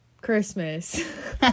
Christmas